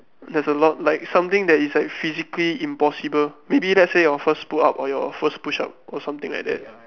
there's a lot like something that is like physically impossible maybe let's say your first pull up or your first push up or something like that